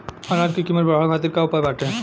अनाज क कीमत बढ़ावे खातिर का उपाय बाटे?